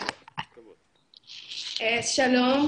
שלום.